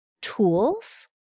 tools